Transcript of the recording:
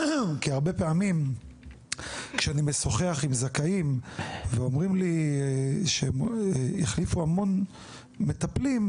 כי הרבה פעמים שכאני משוחח עם זכאים ואומרים לי שהם החליפו המון מטפלים,